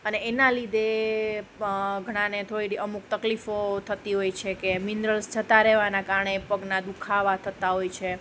અને એના લીધે ઘણાને અમૂલ તકલીફો થતી હોય છે કે મિનરલ્સ જતા રહેવાના કારણે પગના દુખાવા થતાં હોય છે